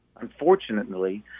Unfortunately